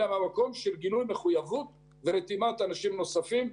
אלא מהמקום של גילוי מחויבות ורתימת אנשים נוספים.